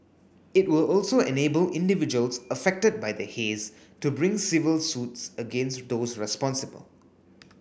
it will also enable individuals affected by the haze to bring civil suits against those responsible